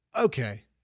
Okay